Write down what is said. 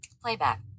Playback